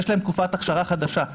יש להם תקופת אכשרה חדשה,